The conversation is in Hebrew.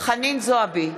חנין זועבי,